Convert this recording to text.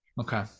Okay